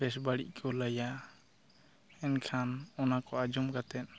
ᱵᱮᱥᱵᱟᱹᱲᱤᱡ ᱠᱚ ᱞᱟᱹᱭᱟ ᱮᱱᱠᱷᱟᱱ ᱚᱱᱟ ᱠᱚ ᱟᱸᱡᱚᱢ ᱠᱟᱛᱮ